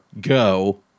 go